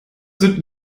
sind